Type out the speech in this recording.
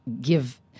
give